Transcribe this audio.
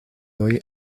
hoy